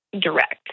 direct